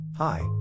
Hi